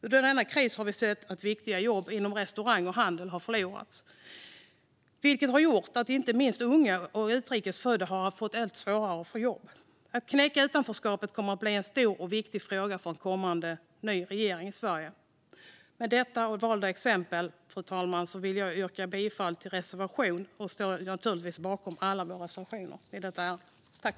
Under denna kris har vi sett att viktiga jobb inom restaurang och handel har förlorats, vilket har gjort att inte minst unga och utrikes födda har fått allt svårare att få jobb. Att knäcka utanförskapet kommer att bli en stor och viktig fråga för en kommande ny regering i Sverige. Fru talman! Med detta, och med valda exempel, vill jag yrka bifall till reservation 1. Jag står dock givetvis bakom alla våra reservationer i detta ärende.